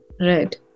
Right